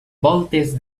voltes